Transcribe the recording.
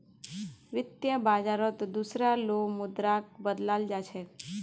वित्त बाजारत दुसरा लो मुद्राक बदलाल जा छेक